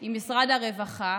עם משרד הרווחה,